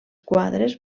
quadres